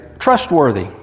trustworthy